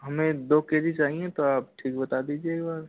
हमे दो K G चाहिए तो आप ठीक बता दीजिए एक बार